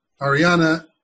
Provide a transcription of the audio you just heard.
Ariana